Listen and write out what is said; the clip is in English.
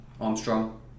Armstrong